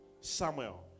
Samuel